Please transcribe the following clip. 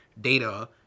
data